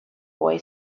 boy